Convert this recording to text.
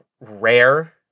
rare